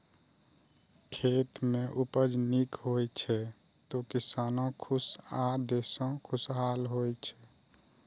खेत मे उपज नीक होइ छै, तो किसानो खुश आ देशो खुशहाल होइ छै